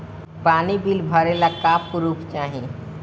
पानी बिल भरे ला का पुर्फ चाई?